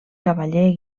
cavaller